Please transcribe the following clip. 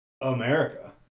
America